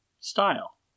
style